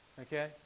Okay